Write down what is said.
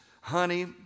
honey